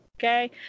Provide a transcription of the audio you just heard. Okay